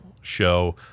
show